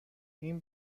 این